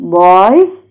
boys